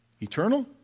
eternal